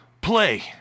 play